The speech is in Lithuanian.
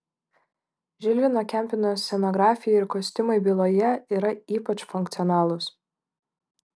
žilvino kempino scenografija ir kostiumai byloje yra ypač funkcionalūs